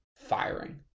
firing